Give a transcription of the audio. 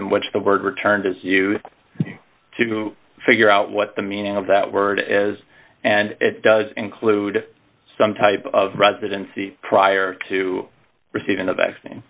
in which the word returned as you to figure out what the meaning of that word as and it does include some type of residency prior to receiving the vaccine